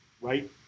right